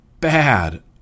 bad